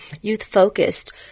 youth-focused